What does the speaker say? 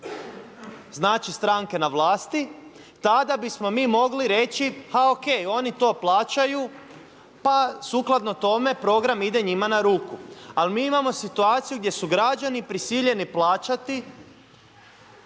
znači stranke na vlasti tada bismo mi mogli reći, a ok, oni to plaćaju pa sukladno tome program ide njima na ruku. Ali mi imamo situaciju gdje su građani prisiljeni plaćati